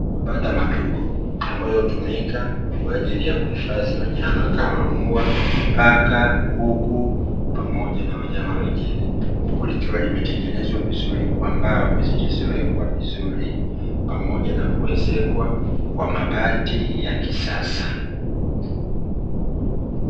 Mabanda madogo ambayo hutumika kwaajili ya kuhfadhi wanyama kama: mbwa, paka, kuku pamoja na wanyama wengine, huku likiwa limetengenezwa vizuri kwa mbao zilizowekwa vizuri pamoja na kuezekwa kwa mabati ya kisasa.